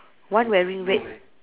one wearing red